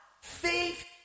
faith